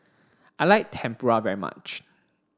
I like Tempura very much